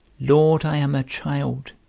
lord, i am a child,